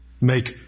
Make